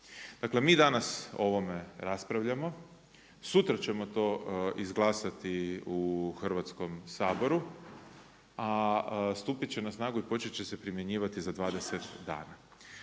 Dakle, mi danas ovome raspravljamo, sutra ćemo to izglasati u Hrvatskom saboru, a stupiti će na snagu i početi će se primjenjivati za 20 dana.